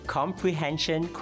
comprehension